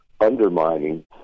undermining